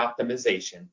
optimization